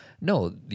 no